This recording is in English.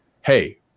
hey